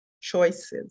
choices